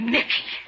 Mickey